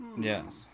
Yes